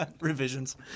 Revisions